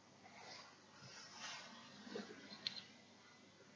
yeah